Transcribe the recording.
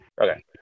Okay